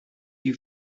you